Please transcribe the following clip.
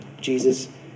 Jesus